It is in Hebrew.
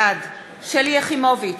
בעד שלי יחימוביץ,